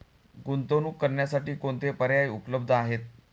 गुंतवणूक करण्यासाठी कोणते पर्याय उपलब्ध आहेत?